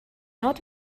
not